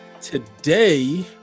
today